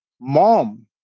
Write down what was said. Mom